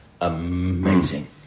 amazing